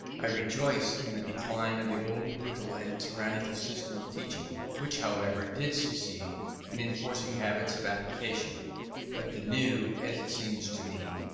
i rejoice in the decline of the old brutal and tyrannical system of teaching, which, however, did succeed in enforcing habits of application but the new, as it seems to me,